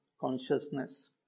consciousness